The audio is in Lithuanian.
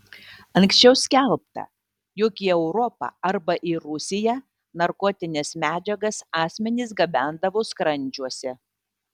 anksčiau skelbta jog į europą arba į rusiją narkotines medžiagas asmenys gabendavo skrandžiuose